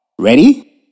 Ready